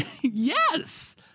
yes